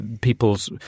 people's